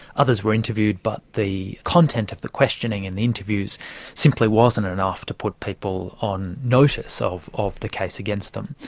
others were interviewed but the content of the questioning in the interviews simply wasn't enough to put people on notice of of the case against them.